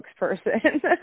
spokesperson